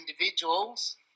individuals